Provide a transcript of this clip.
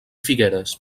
figueres